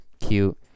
cute